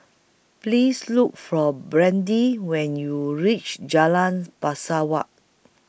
Please Look For Brandi when YOU REACH Jalan Pesawat